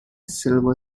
silver